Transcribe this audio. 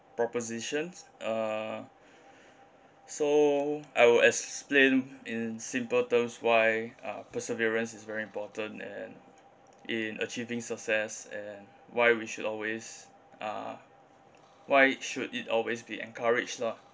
propositions uh so I will explain in simple terms why uh perseverance is very important and in achieving success and why we should always uh why should it always be encouraged lah